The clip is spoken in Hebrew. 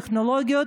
על טכנולוגיות